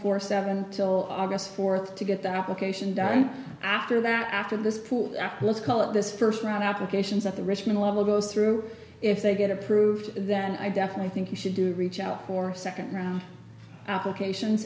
four seven till august fourth to get the application down after that after this poor act let's call it this first round applications at the richmond level goes through if they get approved then i definitely think you should do reach out for a second round applications